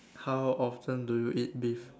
how often do you eat beef